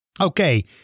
Okay